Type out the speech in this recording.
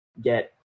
get